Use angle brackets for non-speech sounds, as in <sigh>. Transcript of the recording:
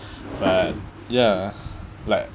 but ya <breath> like